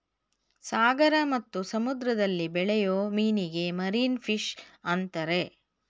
ಸಾಗರ ಮತ್ತು ಸಮುದ್ರದಲ್ಲಿ ಬೆಳೆಯೂ ಮೀನಿಗೆ ಮಾರೀನ ಫಿಷ್ ಅಂತರೆ